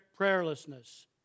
prayerlessness